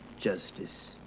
justice